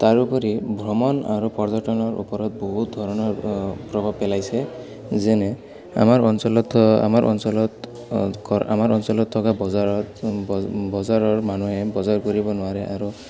তাৰোপৰি ভ্ৰমণ আৰু পৰ্যটনৰ ওপৰত বহুত ধৰণৰ প্ৰভাৱ পেলাইছে যেনে আমাৰ অঞ্চলত আমাৰ অঞ্চলত আমাৰ অঞ্চলত থকা বজাৰত ব বজাৰৰ মানুহে বজাৰ কৰিব নোৱাৰে আৰু